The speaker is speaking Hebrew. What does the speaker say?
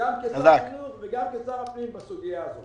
גם כשר חינוך וגם כשר הפנים בסוגייה הזאת.